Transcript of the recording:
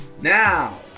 Now